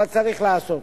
אבל צריך לעשות.